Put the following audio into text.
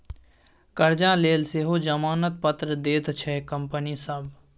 करजा लेल सेहो जमानत पत्र दैत छै कंपनी सभ